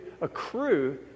accrue